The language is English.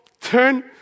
turn